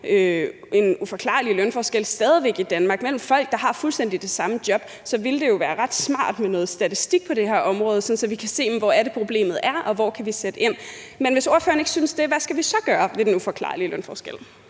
en uforklarlig lønforskel i Danmark mellem folk, der har fuldstændig samme job, ville det jo være ret smart med noget statistik på det her område, sådan at vi kan se, hvor det er, problemet er, og hvor vi kan sætte ind. Men hvis ordføreren ikke synes det, hvad skal vi så gøre ved den uforklarlige lønforskel?